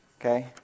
Okay